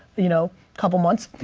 you know, couple months.